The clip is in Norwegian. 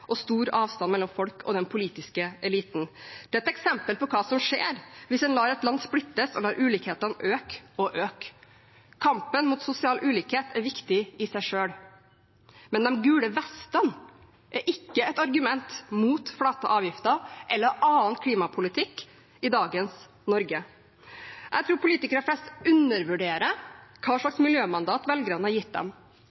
og stor avstand mellom folk og den politiske eliten. Det er et eksempel på hva som skjer hvis en lar et land splittes, og lar ulikhetene øke og øke. Kampen mot sosial ulikhet er viktig i seg selv, men de gule vestene er ikke et argument mot flate avgifter eller annen klimapolitikk i dagens Norge. Jeg tror politikere flest undervurderer hva